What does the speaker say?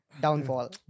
Downfall